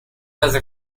other